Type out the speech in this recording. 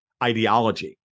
Ideology